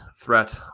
threat